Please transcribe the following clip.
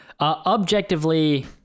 Objectively